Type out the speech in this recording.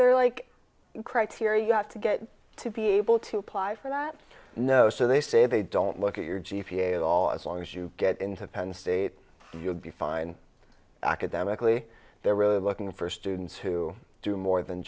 there like criteria you have to get to be able to apply for that no so they say they don't look at your g p a at all as long as you get into penn state you'll be fine academically they're really looking for students who do more than